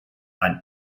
ein